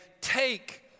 take